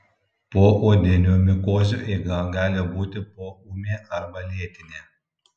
poodinių mikozių eiga gali būti poūmė arba lėtinė